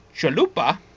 Chalupa